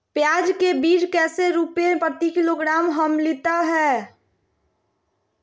प्याज के बीज कैसे रुपए प्रति किलोग्राम हमिलता हैं?